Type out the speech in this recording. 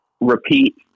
repeat